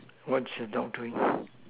what's your dog doing